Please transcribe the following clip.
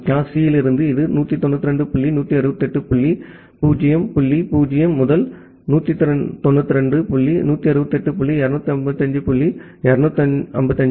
class C இலிருந்து இது 192 புள்ளி 168 புள்ளி 0 புள்ளி 0 முதல் 192 புள்ளி 168 புள்ளி 255 புள்ளி 255